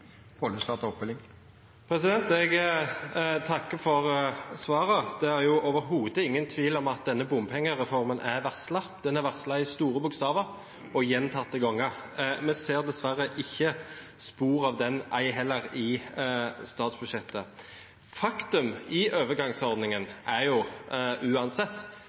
Jeg takker for svaret. Det er overhodet ingen tvil om at denne bompengereformen er varslet – den er varslet med store bokstaver og gjentatte ganger. Dessverre ser vi ikke spor av den, ei heller i statsbudsjettet. Faktum i overgangsordningen er uansett